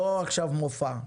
לא עכשיו מופע.